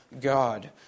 God